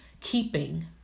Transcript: keeping